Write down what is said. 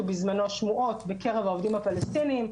בזמנו שמועות בקרב העובדים הפלסטינים.